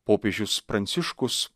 popiežius pranciškus